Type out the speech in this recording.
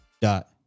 dot